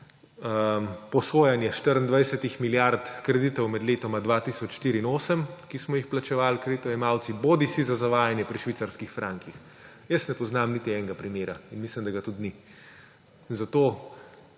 posojanje 24 milijard kreditov med letoma 2004 in 2008, ki smo jih plačevali kreditojemalci, bodisi za zavajanje pri švicarskih frankih! Jaz ne poznam niti enega primera in mislim, da ga tudi ni. Zato,